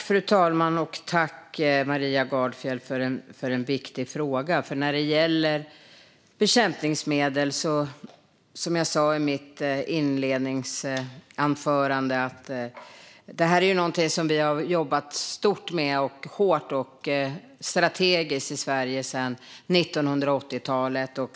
Fru talman! Tack, Maria Gardfjell, för en viktig fråga! Som jag sa i mitt interpellationssvar är bekämpningsmedel någonting som vi har jobbat hårt och strategiskt med i Sverige sedan 1980-talet.